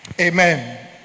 Amen